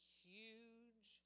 huge